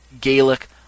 Gaelic